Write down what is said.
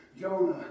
Jonah